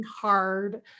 hard